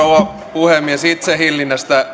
puhemies itsehillinnästä